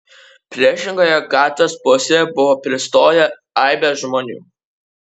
priešingoje gatvės pusėje buvo pristoję aibės žmonių